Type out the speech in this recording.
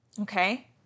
Okay